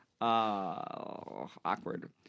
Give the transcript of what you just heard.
Awkward